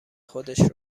خودش